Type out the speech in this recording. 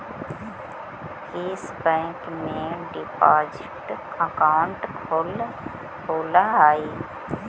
किस बैंक में deposit account खुलअ हई